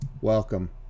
welcome